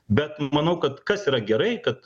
bet manau kad kas yra gerai kad